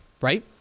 Right